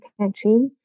country